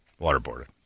waterboarded